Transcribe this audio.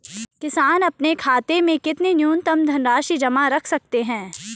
किसान अपने खाते में कितनी न्यूनतम धनराशि जमा रख सकते हैं?